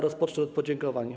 Rozpocznę od podziękowań.